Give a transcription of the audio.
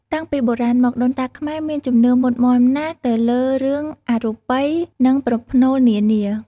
តាំងពីបុរាណមក ដូនតាខ្មែរមានជំនឿមុតមាំណាស់ទៅលើរឿងអរូបិយ និងប្រផ្នូលនានា។